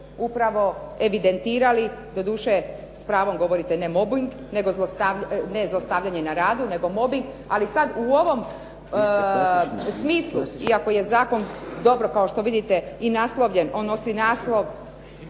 upravo evidentirali, doduše, s pravom govorite ne zlostavljanje na radu, nego mobing, ali sad u ovom smislu iako je zakon dobro kao što vidite i naslovljen, on nosi naslov